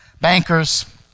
bankers